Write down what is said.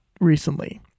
recently